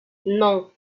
non